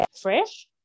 fresh